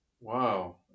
Wow